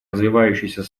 развивающейся